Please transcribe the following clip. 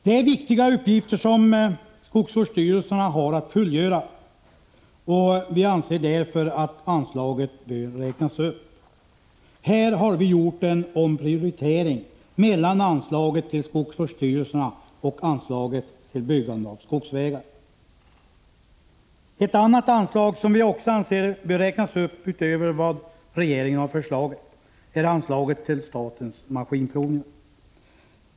Det är viktiga uppgifter som skogsvårdsstyrelserna har att fullgöra, och vi anser därför att anslaget bör räknas upp. Här har vi gjort en omprioritering mellan anslaget till skogsvårdsstyrelserna och anslaget till byggande av skogsvägar. Ett annat anslag som vi också anser bör räknas upp utöver vad regeringen har föreslagit är anslaget till statens maskinprovningar.